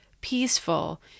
peaceful